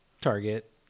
Target